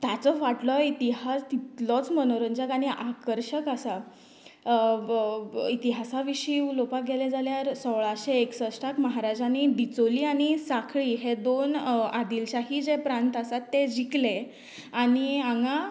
ताचो फाटलोय इतिहास तितलोच मनोरंजक आनी आकर्शक आसा इतिहासा विशीं उलोवपाक गेलें जाल्यार सोळाशें एकसश्टान महराजानी डिचोली आनी साखळीं हें दोन आदिलशाही जे प्रांत आसात तें जिकलें आनी हांगा